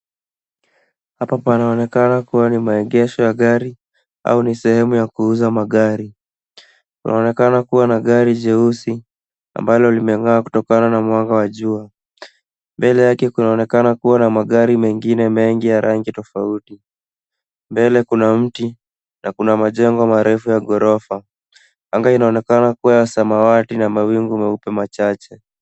Hapa panaonekana kuwa ni maegesho ya gari au ni sehemu ya kuuza magari. Kunaonekana kuwa na gari jeusi ambalo limeng'aa kutokana na mwanga wa jua. Mbele yake kunaonekana kuwa na magari mengine mengi ya rangi tofauti. Mbele kuna mti na kuna majengo mengine ya ghorofa. Anga inaonekana kuwa ya samawati na mawingu meupe machache.